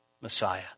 Messiah